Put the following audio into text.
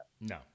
No